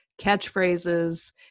catchphrases